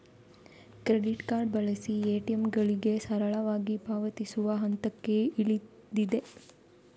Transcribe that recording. credit card ಬಳಸಿ ಎ.ಟಿ.ಎಂಗಳಿಗೆ ಸರಳವಾಗಿ ಪಾವತಿಸುವ ಹಂತಕ್ಕೆ ಇಳಿದಿದೆ